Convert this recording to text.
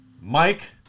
Mike